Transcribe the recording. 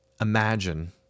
imagine